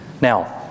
Now